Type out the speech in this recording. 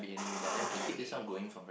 okay